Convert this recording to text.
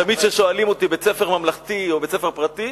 תמיד כששואלים אותי: בית-ספר ממלכתי או בית-ספר פרטי?